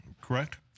correct